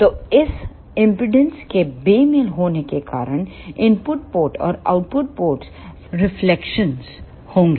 तो इस इंपेडेंस के बेमेल होने के कारण इनपुट पोर्ट और आउटपुट पोर्ट से रिफ्लेक्शन होंगे